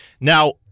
Now